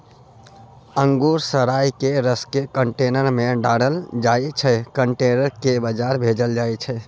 अंगुर सराए केँ रसकेँ कंटेनर मे ढारल जाइ छै कंटेनर केँ बजार भेजल जाइ छै